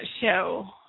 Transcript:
show